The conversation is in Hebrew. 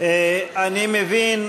אני מבין,